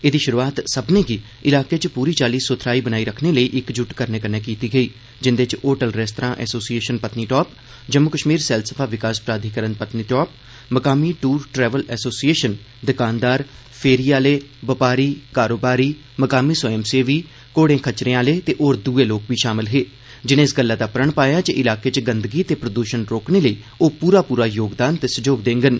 एही शुरुआत सब्बने गी इलाके च पूरी चाली सुथराई बनाई रक्खने लेई इकजुट करने कन्नै कीती गेई जिन्दे च hotel restaurant association Patnitop Jammu Kashmir सैलसफा विकास प्राधिकरण पत्नीटॉप मकामी टूर ट्रैवल एसोसिएशन दुकानदार फेरी आले बपारी कारोबारी मकामी स्वंयसेवी घोड़े खच्चरें आले ते होर दुए लोक शामल हे जिने इस गल्लै दा प्रण पाया जे इलाके च गंदगी ते प्रद्षण रोकने लेई ओ पूरा पूरा योगदान ते सहयोग देंगन